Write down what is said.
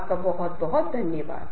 आपका बहुत धन्यवाद